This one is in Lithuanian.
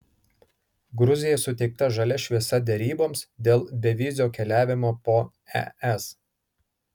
gruzijai suteikta žalia šviesa deryboms dėl bevizio keliavimo po es